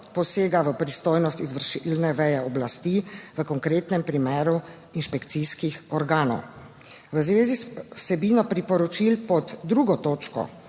posega v pristojnost izvršilne veje oblasti, v konkretnem primeru inšpekcijskih organov. V zvezi z vsebino priporočil pod 2. točko,